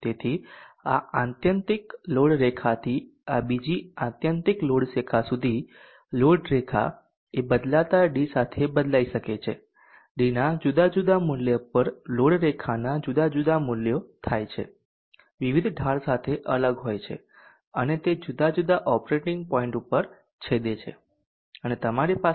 તેથી આ આત્યંતિક લોડ રેખાથી આ બીજી આત્યંતિક લોડ રેખા સુધી લોડ રેખા એ બદલાતા d સાથે બદલાઈ શકે છે dના જુદા જુદા મૂલ્યો પર લોડ રેખાના જુદા જુદા મૂલ્યો થાય છે વિવિધ ઢાળ સાથે અલગ હોય છે અને તે જુદા જુદા ઓપરેટિંગ પોઇન્ટ પર છેદે છે